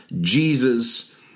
Jesus